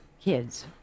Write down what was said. Kids